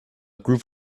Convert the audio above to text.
group